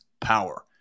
power